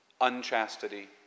unchastity